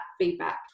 feedback